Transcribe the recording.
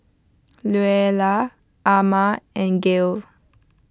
Luella Amma and Gayle